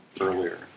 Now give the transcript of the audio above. earlier